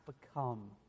become